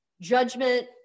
judgment